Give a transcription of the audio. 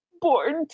born